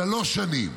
שלוש שנים.